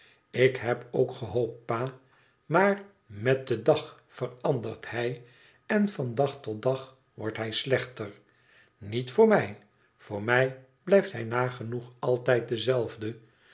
tik heb ook gehoopt pa maar met den dag verandert hij en van dag tot dag wordt hij slechter niet voor mij voor mij blijft hij nagenoeg altijd dezelfde